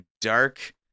dark